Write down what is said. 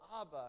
Abba